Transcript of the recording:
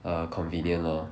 err convenient lor